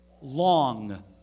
Long